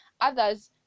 others